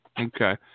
okay